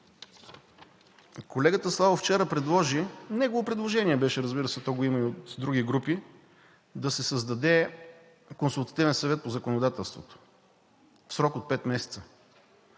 Колегата Славов вчера предложи – негово предложение беше, разбира се, има го и от други групи, да се създаде Консултативен съвет по законодателството в срок от пет месеца.